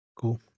cool